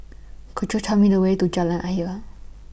Could YOU Tell Me The Way to Jalan Ayer